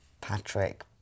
Patrick